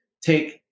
Take